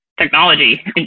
technology